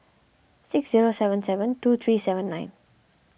six zero seven seven two three seven nine